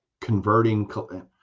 converting